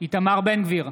איתמר בן גביר,